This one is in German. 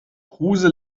kruse